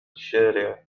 الشارع